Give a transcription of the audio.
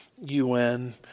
UN